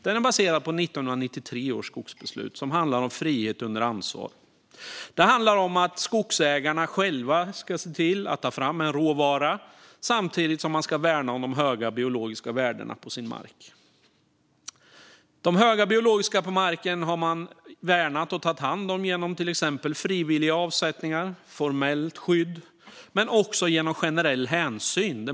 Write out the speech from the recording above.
Den är baserad på 1993 års skogsbeslut, som handlar om frihet under ansvar. Skogsägarna ska själva se till att ta fram en råvara samtidigt som man ska värna om de höga biologiska värdena på sin mark. De höga biologiska värdena på marken har man värnat och tagit hand om genom till exempel frivilliga avsättningar och formellt skydd men också genom generell hänsyn.